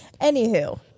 anywho